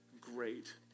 great